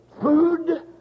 food